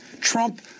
trump